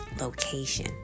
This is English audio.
location